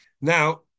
Now